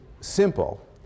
simple